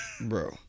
Bro